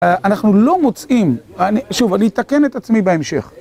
אנחנו לא מוצאים, שוב, אני אתקן את עצמי בהמשך.